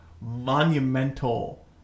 monumental